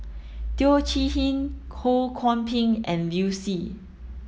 Teo Chee Hean Ho Kwon Ping and Liu Si